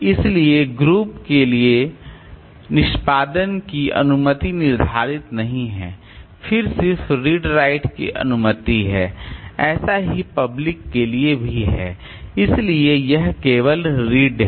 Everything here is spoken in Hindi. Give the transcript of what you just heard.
इसलिए ग्रुप के लिए निष्पादन की अनुमति निर्धारित नहीं है फिर सिर्फ रीड राइट की अनुमति है और ऐसा ही पब्लिक के लिए भी है इसलिए यह केवल रीड है